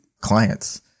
clients